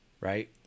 right